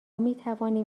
میتوانیم